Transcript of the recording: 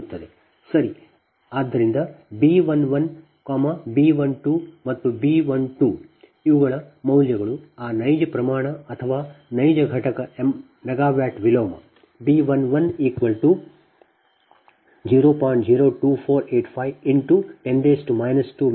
ಆದ್ದರಿಂದ B 11 B 12 ಮತ್ತು B 12 ಇವುಗಳು ಮೌಲ್ಯಗಳು ಆ ನೈಜ ಪ್ರಮಾಣ ಅಥವಾ ನೈಜ ಘಟಕ MW ವಿಲೋಮ B110